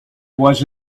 was